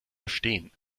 verstehen